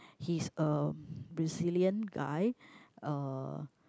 he's a resilient guy uh